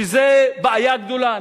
שזו בעיה גדולה.